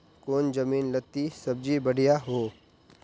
कौन जमीन लत्ती सब्जी बढ़िया हों?